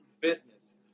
business